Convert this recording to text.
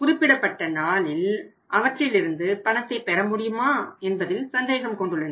குறிப்பிடப்பட்ட நாளில் அவற்றிலிருந்து பணத்தை பெற முடியுமா என்பதில் சந்தேகம் கொண்டுள்ளனர்